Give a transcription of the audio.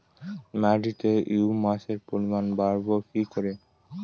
মাটিতে হিউমাসের পরিমাণ বারবো কি করে?